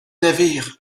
navire